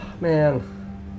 Man